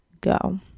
go